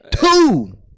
two